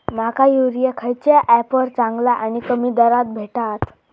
माका युरिया खयच्या ऍपवर चांगला आणि कमी दरात भेटात?